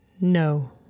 no